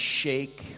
shake